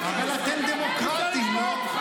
--- אבל אתם דמוקרטים, לא?